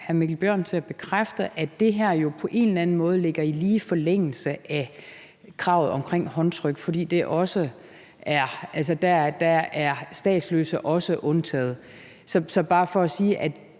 hr. Mikkel Bjørn til at bekræfte, at det her jo på en eller anden måde ligger i lige forlængelse af kravet om håndtryk, i forhold til at her er statsløse også undtaget. Så det er bare for sige, at